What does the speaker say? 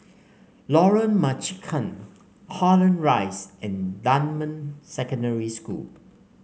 Lorong Marican Holland Rise and Dunman Secondary School